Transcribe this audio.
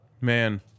man